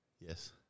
Yes